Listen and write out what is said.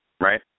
Right